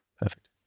Perfect